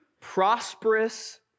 prosperous